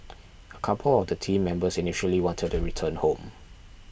a couple of the team members initially wanted to return home